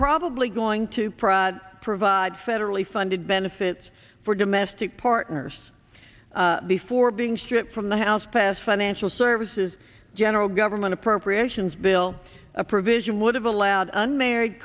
probably going to pry provide federally funded benefits for domestic partners before being stripped from the house passed financial services general government appropriations bill a provision would have allowed unmarried